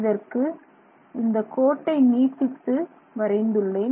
இதற்கு இந்தக் கோட்டை நீட்டித்து வரைந்துள்ளேன்